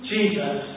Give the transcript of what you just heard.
Jesus